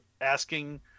asking